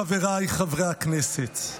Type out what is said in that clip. חבריי חברי הכנסת,